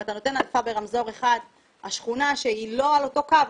אם אתה נותן העדפה ברמזור אחד השכונה שהיא לא על אותו קו,